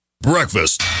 Breakfast